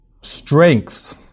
strengths